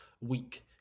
week